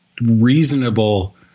reasonable